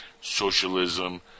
socialism